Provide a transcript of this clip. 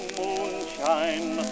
moonshine